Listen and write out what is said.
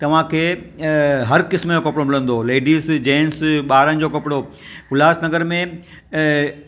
तव्हांखे हर क़िस्म जो कपिड़ो मिलंदो लेडीज़ जेंट्स ॿारनि जो कपिड़ो उल्हासनगर में